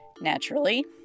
Naturally